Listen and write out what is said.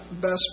best